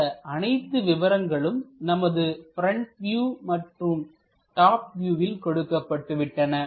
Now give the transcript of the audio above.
இந்த அனைத்து விவரங்களும் நமது ப்ரெண்ட் வியூ மற்றும் டாப் வியூவில் கொடுக்கப்பட்டு விட்டன